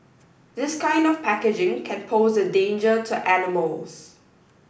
this kind of packaging can pose a danger to animals